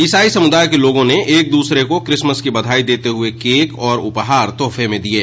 ईसाई समुदाय के लोगों ने एक दूसरे को क्रिसमस की बधाई देते हुये केक और उपहार तोहफे में दिये